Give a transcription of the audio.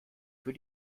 für